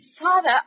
Father